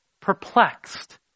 perplexed